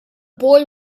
boy